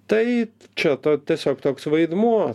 tai čia ta tiesiog toks vaidmuo